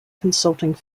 consulting